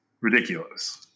ridiculous